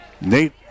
Nate